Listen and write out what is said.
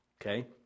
okay